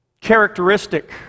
characteristic